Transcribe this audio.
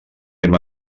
hem